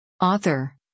Author